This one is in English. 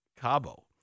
Cabo